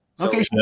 Okay